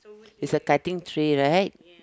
he's a cutting tree right